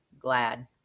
glad